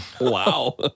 Wow